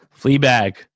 Fleabag